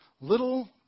little